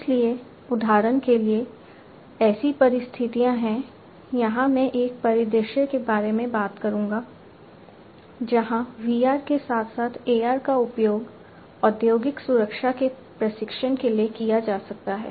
इसलिए उदाहरण के लिए ऐसी परिस्थितियाँ हैं यहां मैं एक परिदृश्य के बारे में बात करूँगा जहाँ VR के साथ साथ AR का उपयोग औद्योगिक सुरक्षा के प्रशिक्षण के लिए किया जा सकता है